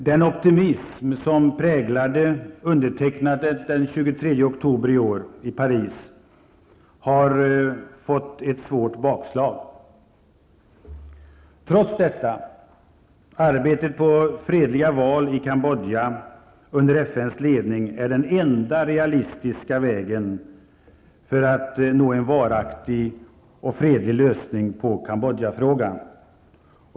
Den optimism som präglade undertecknandet i Paris den 23 oktober i år har fått ett svårt bakslag. Trots detta arbetar man på fredliga val i Kambodja under FNs ledning. Det är den enda realistiska vägen för att nå en varaktig och fredlig lösning på Kambodjafrågan.